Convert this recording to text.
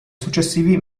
successivi